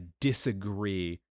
disagree